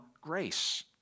grace